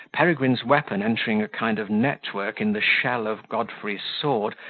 peregrine's weapon entering a kind of network in the shell of godfrey's sword,